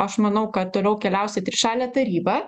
aš manau kad toliau keliaus į trišalė taryba